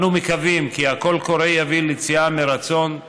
אנו מקווים כי הקול הקורא יביא ליציאה מרצון,